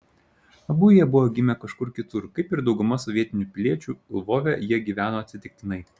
abu jie buvo gimę kažkur kitur kaip ir dauguma sovietinių piliečių lvove jie gyveno atsitiktinai